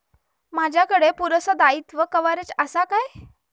माजाकडे पुरासा दाईत्वा कव्हारेज असा काय?